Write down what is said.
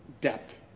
depth